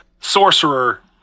sorcerer